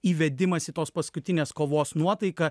įvedimas į tos paskutinės kovos nuotaiką